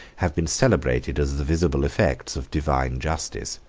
have been celebrated as the visible effects of divine justice.